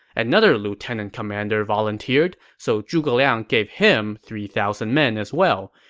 another lieutenant commander volunteered, so zhuge liang gave him three thousand men as well.